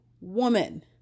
woman